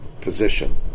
position